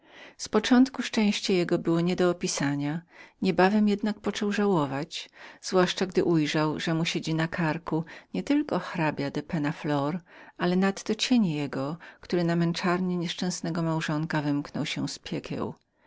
z początku szczęście jego było niedoopisania niebawem jednak począł żałować zwłaszcza gdy ujrzał że mu siedział na karku nie tylko hrabia penna flor ale nadto cień jego który na męczarnie jego wymknął się z piekieł